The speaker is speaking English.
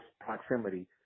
proximity